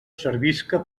servisca